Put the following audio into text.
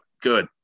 good